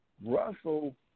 Russell